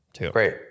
great